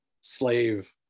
slave